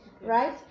right